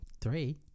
three